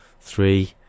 three